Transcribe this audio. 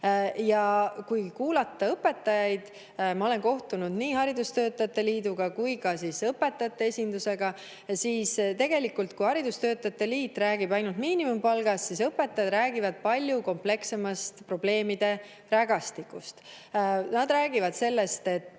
eurot. Kuulates õpetajaid – ma olen kohtunud nii haridustöötajate liiduga kui ka õpetajate esindusega –, tegelikult selgub, et kui haridustöötajate liit räägib ainult miinimumpalgast, siis õpetajad räägivad palju komplekssemast probleemirägastikust. Nad räägivad sellest, et